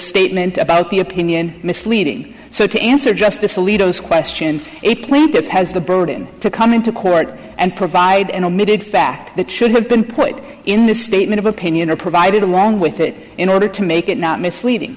statement about the opinion misleading so to answer justice alito is question a plant that has the burden to come into court and provide an admitted fact that should have been put in this statement of opinion or provided along with it in order to make it not misleading